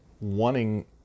wanting